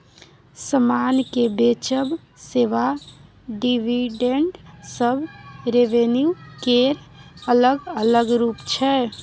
समान केँ बेचब, सेबा, डिविडेंड सब रेवेन्यू केर अलग अलग रुप छै